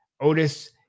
Otis